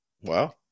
Wow